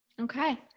Okay